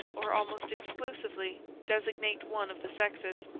or almost exclusively, designate one of the sexes,